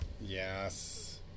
Yes